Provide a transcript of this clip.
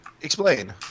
explain